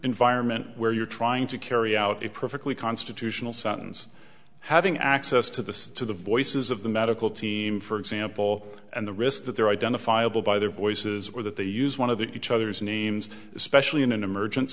environment where you're trying to carry out a perfectly constitutional sentence having access to the to the voices of the medical team for example and the risk that they're identifiable by their voices or that they use one of the each other's names especially in an emergen